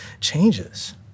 changes